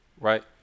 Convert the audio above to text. Right